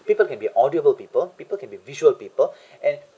people can be audiobook people people can be visual people and